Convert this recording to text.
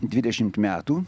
dvidešimt metų